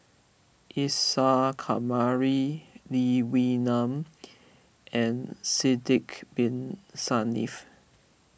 Isa Kamari Lee Wee Nam and Sidek Bin Saniff